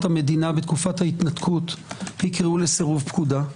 המדינה בתקופת ההתנתקות יקראו לסירוב פקודה.